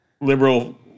liberal